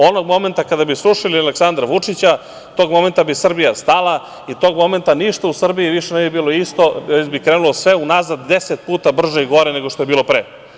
Onog momenta kada bi srušili Aleksandra Vučića, tog momenta bi Srbija stala i tog momenta ništa u Srbiji više ne bi bilo isto, već bi krenulo sve unazad 10 puta brže i gore nego što je bilo pre.